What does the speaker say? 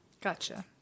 gotcha